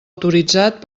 autoritzat